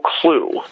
clue